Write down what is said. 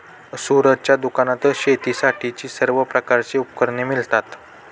सूरजच्या दुकानात शेतीसाठीची सर्व प्रकारची उपकरणे मिळतात